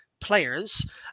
players